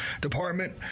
department